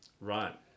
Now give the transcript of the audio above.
Right